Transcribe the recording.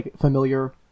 familiar